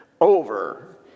over